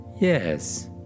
Yes